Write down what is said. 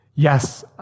Yes